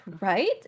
right